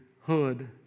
hood